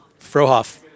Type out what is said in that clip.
Frohoff